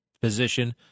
position